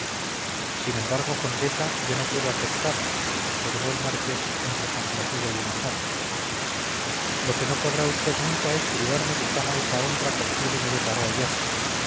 sin embargo condesa yo no puedo aceptar observó el marqués entre complacido y enojado lo que no podrá usted nunca es privarme de la alta honra que el cielo me deparó ayer